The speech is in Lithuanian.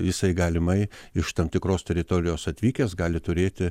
jisai galimai iš tam tikros teritorijos atvykęs gali turėti